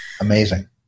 amazing